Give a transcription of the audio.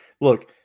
look